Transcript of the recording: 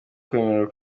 kwemererwa